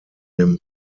dem